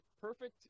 perfect